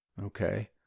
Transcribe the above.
Okay